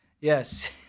Yes